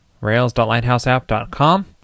rails.lighthouseapp.com